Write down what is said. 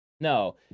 No